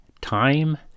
Time